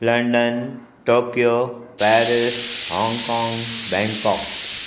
London Tokyo Paris Hong Kong Bangkok